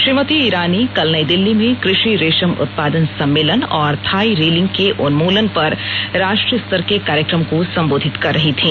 श्रीमती ईरानी कल नई दिल्ली में कृषि रेशम उत्पादन सम्मेलन और थाई रीलिंग के उन्मूलन पर राष्ट्रीय स्तर के कार्यक्रम को सम्बोधित कर रही थी